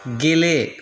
गेले